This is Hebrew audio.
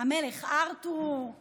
"המלך ארתור";